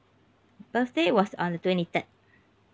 birthday was on the twenty third